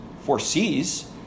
foresees